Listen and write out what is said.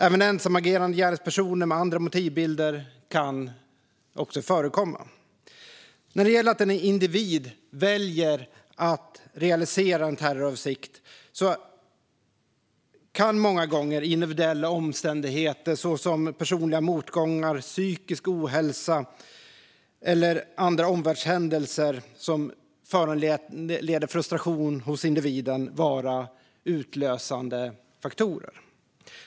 Även ensamagerande gärningspersoner med andra motivbilder kan förekomma. När det gäller att en individ väljer att realisera en terroravsikt kan många gånger individuella omständigheter såsom personliga motgångar, psykisk ohälsa eller omvärldshändelser som föranleder frustration hos individen vara utlösande faktorer.